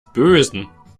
bösen